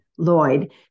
Lloyd